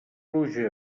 pluja